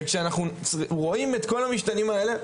וכשאנחנו רואים את כל המשתנים האלה,